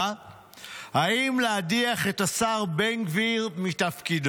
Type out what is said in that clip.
אם להדיח את השר בן גביר מתפקידו.